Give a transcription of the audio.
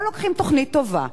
פה לוקחים תוכנית טובה,